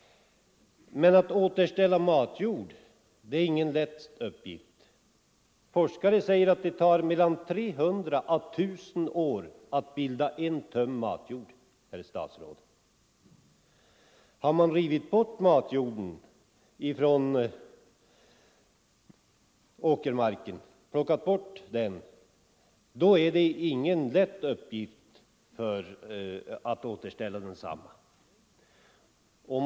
Men att återställa matjorden är ingen lätt uppgift. Forskare säger att det tar mellan 300 och 1 000 år att bilda en tum matjord, herr statsråd. Har man rivit bort matjorden från åkermarken, då är det ingen lätt uppgift att återställa åkern i samma skick som förut.